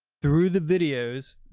through the videos